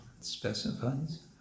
specifies